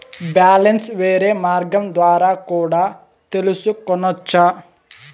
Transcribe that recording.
Balance వేరే మార్గం ద్వారా కూడా తెలుసుకొనొచ్చా?